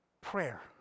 Prayer